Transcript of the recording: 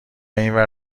اینور